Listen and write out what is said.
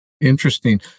Interesting